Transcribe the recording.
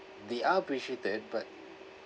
we are appreciated but